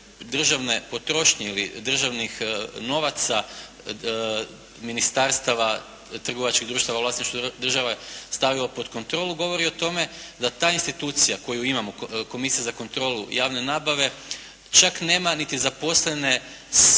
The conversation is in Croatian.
državne potrošnje ili državnih novaca ministarstava, trgovačkih društava u vlasništvu države stavio pod kontrolu govori o tome da ta institucija koju imamo Komisija za kontrolu javne nabave čak nema niti zaposlene sve